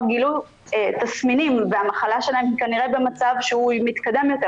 גילו תסמינים והמחלה שלהם היא כנראה במצב שהוא מתקדם יותר,